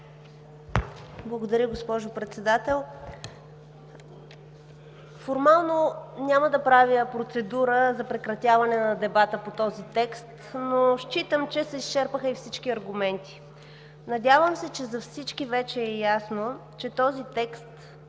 Благодаря, госпожо Председател.